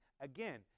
Again